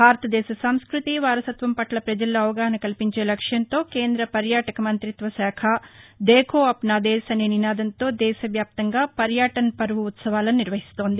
భారత దేశ సంస్మతి వారసత్వం పట్ల ప్రజల్లో అవగాహన కల్పించే లక్ష్యంతో కేంద పర్యాటక మంతిత్వ శాఖ దేఖో అప్నా దేశ్ అనే నినాదంతో దేశ వ్యాప్తంగా పర్యాటన్ పర్వ్ ఉత్సవాలను నిర్వహిస్తోంది